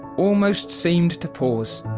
almost seemed to pause.